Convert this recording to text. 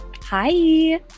hi